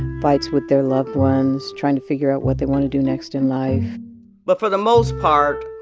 fights with their loved ones, trying to figure out what they want to do next in life but for the most part,